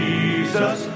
Jesus